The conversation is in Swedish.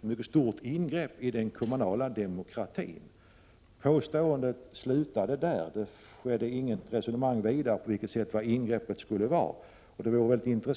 mycket stort ingreppiden kommunala demokratin. Påståendet slutade där. Det blev inget ytterligare resonemang om på vilket sätt det skulle vara ett ingrepp.